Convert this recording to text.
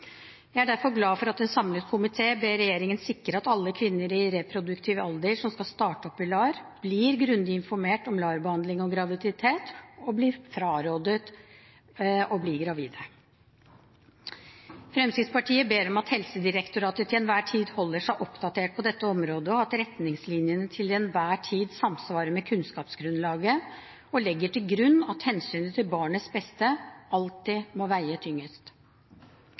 Jeg er derfor glad for at en samlet komité ber regjeringen sikre at alle kvinner i reproduktiv alder som skal starte opp i LAR, blir grundig informert om LAR-behandling og graviditet, og blir frarådet å bli gravide. Fremskrittspartiet ber om at Helsedirektoratet til enhver tid holder seg oppdatert på dette området, og at retningslinjene til enhver tid samsvarer med kunnskapsgrunnlaget, og legger til grunn at hensynet til barnets beste alltid må veie